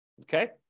Okay